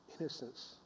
innocence